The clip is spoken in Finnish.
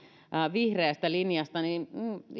vihreästä linjasta ja